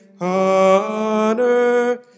Honor